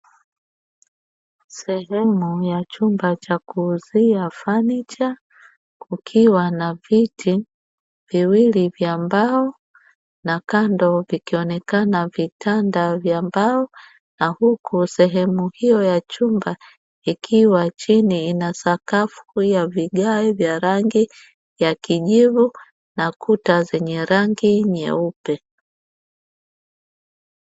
Sehemu ya chumba cha kuuzia fanicha kukiwa na viti viwili vya mbao, na kando vikionekana vitanda vya mbao na huku sehemu hiyo ya chumba ikiwa chini ina sakafu ya vigae vya rangi ya kijivu na kuta zenye rangi nyeupe.